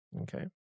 Okay